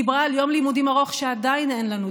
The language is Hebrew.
היא דיברה על יום לימודים ארוך, שעדיין אין לנו.